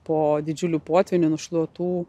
po didžiulių potvynių nušluotų